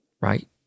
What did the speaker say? Right